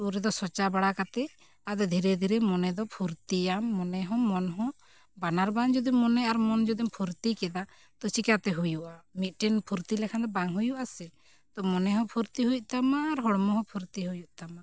ᱩᱱ ᱨᱮᱫᱚ ᱥᱚᱪᱟᱣ ᱵᱟᱲᱟ ᱠᱟᱛᱮᱫ ᱟᱫᱚ ᱫᱷᱤᱨᱮ ᱫᱷᱤᱨᱮ ᱢᱚᱱᱮ ᱫᱚ ᱯᱷᱩᱨᱛᱤᱭᱟᱢ ᱢᱚᱱᱮ ᱦᱚᱸ ᱢᱚᱱ ᱦᱚᱸ ᱵᱟᱱᱟᱨ ᱵᱟᱝ ᱡᱩᱫᱤ ᱢᱚᱱᱮ ᱟᱨ ᱢᱚᱱ ᱡᱩᱫᱤᱢ ᱯᱷᱩᱨᱛᱤ ᱠᱮᱫᱟ ᱛᱚ ᱪᱤᱠᱟᱹᱛᱮ ᱦᱩᱭᱩᱜᱼᱟ ᱢᱤᱫᱴᱮᱱ ᱯᱷᱩᱨᱛᱤ ᱞᱮᱠᱷᱟᱱ ᱫᱚ ᱵᱟᱝ ᱦᱩᱭᱩᱜᱼᱟ ᱥᱮ ᱛᱚ ᱢᱚᱱᱮ ᱦᱚᱸ ᱯᱷᱩᱨᱛᱤ ᱦᱩᱭᱩᱜ ᱛᱟᱢᱟ ᱟᱨ ᱦᱚᱲᱢᱚ ᱦᱚᱸ ᱯᱷᱩᱨᱛᱤ ᱦᱩᱭᱩᱜ ᱛᱟᱢᱟ